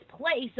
place